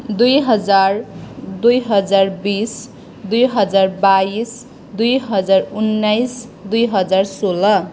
दुई हजार दुई हजार बिस दुई हजार बाइस दुई हजार उन्नाइस दुई हजार सोह्र